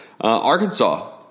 Arkansas